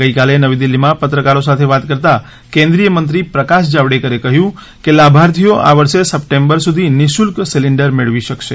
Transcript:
ગઈકાલે નવી દિલ્ફીમાં પત્રકારો સાથે વાત કરતા કેન્દ્રીય મંત્રી પ્રકાશ જાવડેકરે કહ્યું કે લાભાર્થીઓ આ વર્ષે સપ્ટેમ્બર સુધી નિ શુલ્ક સિલિન્ડર મેળવી શકશે